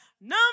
Number